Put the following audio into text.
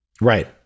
Right